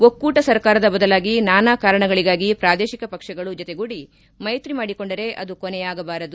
ಒಕ್ಕೂಟ ಸರ್ಕಾರದ ಬದಲಾಗಿ ನಾನಾ ಕಾರಣಗಳಿಗಾಗಿ ಪ್ರಾದೇಶಿಕ ಪಕ್ಷಗಳು ಜತೆಗೂಡಿ ಮೈತ್ರಿ ಮಾಡಿಕೊಂಡರೆ ಅದು ಕೊನೆಯಾಗಬಾರದು